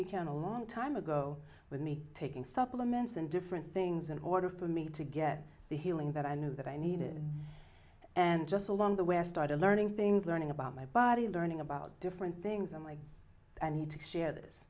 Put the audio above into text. began a long time ago with me taking supplements and different things in order for me to get the healing that i knew that i needed and just along the way i started learning things learning about my body learning about different things and like i need to share this